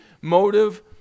motive